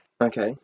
okay